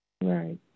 Right